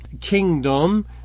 kingdom